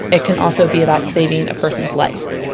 it can also be about saving a person's life.